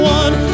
one